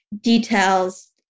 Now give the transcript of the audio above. details